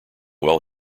while